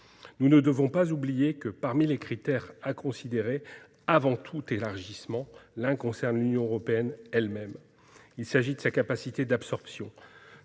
Nous ne devons pas oublier que, parmi les critères à considérer avant tout élargissement, l'un concerne l'Union européenne elle-même. Il s'agit de sa capacité d'absorption